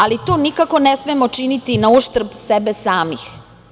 Ali, to nikako ne smemo činiti na uštrb sebe samih.